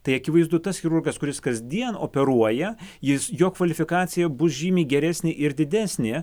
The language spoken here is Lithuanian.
tai akivaizdu tas chirurgas kuris kasdien operuoja jis jo kvalifikacija bus žymiai geresnė ir didesnė